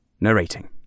narrating